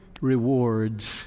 rewards